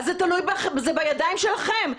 זה בידיים שלכם.